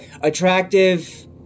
attractive